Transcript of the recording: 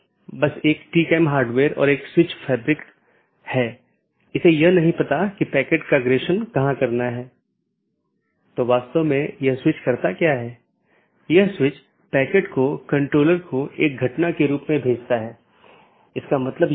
इसलिए चूंकि यह एक पूर्ण मेश है इसलिए पूर्ण मेश IBGP सत्रों को स्थापित किया गया है यह अपडेट को दूसरे के लिए प्रचारित नहीं करता है क्योंकि यह जानता है कि इस पूर्ण कनेक्टिविटी के इस विशेष तरीके से अपडेट का ध्यान रखा गया है